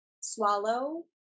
swallow